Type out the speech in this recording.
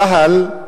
צה"ל,